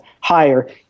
higher